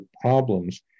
problems